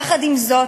יחד עם זאת,